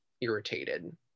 irritated